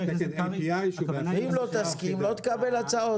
אם לא תסכים לא תקבל הצעות.